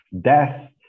death